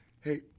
Hey